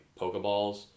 Pokeballs